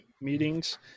meetings